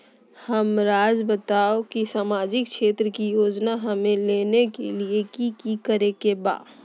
हमराज़ बताओ कि सामाजिक क्षेत्र की योजनाएं हमें लेने के लिए कि कि करे के बा?